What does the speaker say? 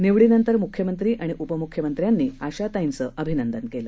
निवडीनंतर मुख्यमंत्री आणि उप मुख्यमंत्र्यांनी आशाताईचे अभिनंदन केले